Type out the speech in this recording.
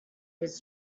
his